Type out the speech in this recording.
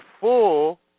full